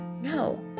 No